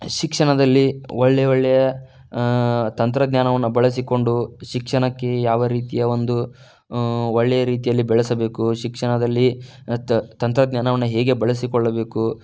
ಶಿಕ್ಷಣದಲ್ಲಿ ಒಳ್ಳೆ ಒಳ್ಳೆಯ ತಂತ್ರಜ್ಞಾನವನ್ನು ಬಳಸಿಕೊಂಡು ಶಿಕ್ಷಣಕ್ಕೆ ಯಾವ ರೀತಿಯ ಒಂದು ಒಳ್ಳೆಯ ರೀತಿಯಲ್ಲಿ ಬೆಳೆಸಬೇಕು ಶಿಕ್ಷಣದಲ್ಲಿ ತಂತ್ರಜ್ಞಾನವನ್ನು ಹೇಗೆ ಬಳಸಿಕೊಳ್ಳಬೇಕು